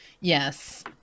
Yes